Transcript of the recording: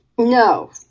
No